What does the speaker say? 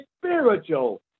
spiritual